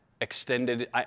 extended